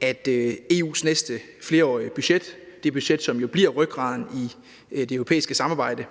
at EU's næste flerårige budget – det budget, som jo bliver rygraden i det europæiske samarbejde